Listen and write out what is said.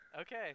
Okay